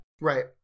Right